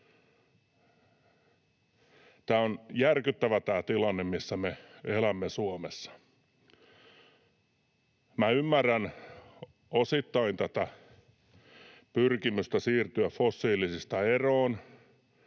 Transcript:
tämä tilanne, missä me elämme Suomessa. Minä ymmärrän osittain tätä pyrkimystä siirtyä fossiilisista eroon